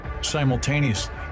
simultaneously